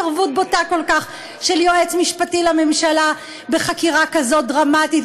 התערבות בוטה כל כך של יועץ משפטי לממשלה בחקירה כזאת דרמטית,